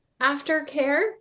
aftercare